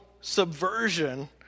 subversion